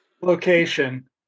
location